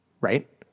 right